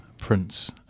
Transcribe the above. Prince